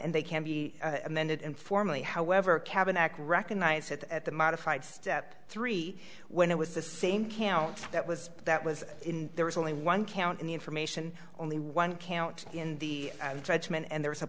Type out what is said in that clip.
and they can be amended informally however cabin act recognized that at the modified step three when it was the same camp that was that was in there was only one count in the information only one can't in the judgment and there was a